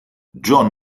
john